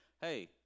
hey